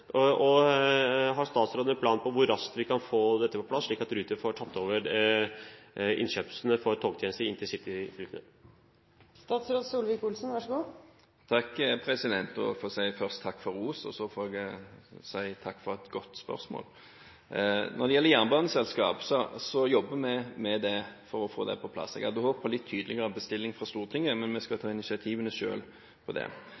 Hva tenker statsråden rundt dette, og har statsråden en plan for hvor raskt vi kan få dette på plass, slik at Ruter får tatt over innkjøpene for togtjenestene i intercity-fylkene? Først vil jeg takke for ros, og så får jeg si takk for et godt spørsmål. Når det gjelder jernbaneselskap, så jobber vi med å få det på plass. Jeg hadde håpet på litt tydeligere bestilling fra Stortinget, men vi skal ta initiativene selv til det.